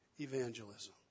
evangelism